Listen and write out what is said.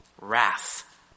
wrath